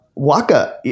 Waka